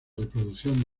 reproducción